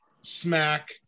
smack